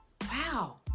wow